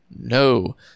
no